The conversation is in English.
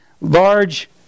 large